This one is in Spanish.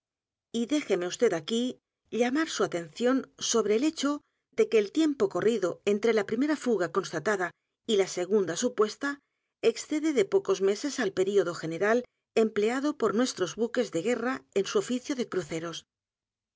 y déjeme yd aquí llamar su atención sobre el hecho de que el tiempo corrido entre la primera fuga constatada y la segunda supuesta excede de pocos meses al período general empleado por nuestros buques de guerra en su oficio de